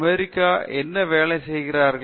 அமெரிக்கர்கள் என்ன வேலை செய்கிறார்கள்